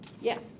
yes